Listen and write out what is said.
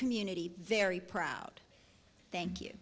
community very proud thank you